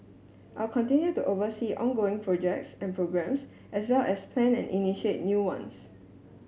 I will continue to oversee ongoing projects and programmes as well as plan and initiate new ones